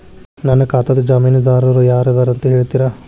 ನನ್ನ ಖಾತಾದ್ದ ಜಾಮೇನದಾರು ಯಾರ ಇದಾರಂತ್ ಹೇಳ್ತೇರಿ?